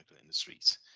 industries